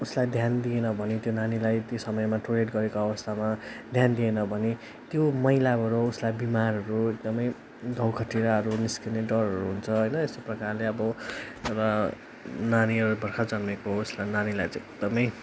उसलाई ध्यान दिएन भने त्यो नानीलाई ती समयमा टोइलेट गरेको अवस्थामा ध्यान दिएन भने त्यो मैलाबाट उसलाई बिमारहरू एकदमै घाउखटिराहरू निस्किने डरहरू हुन्छ होइन यस्तै प्रकारले अब र नानीहरू भर्खर जन्मेको उसलाई नानीलाई चाहिँ एकदमै